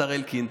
השר אלקין,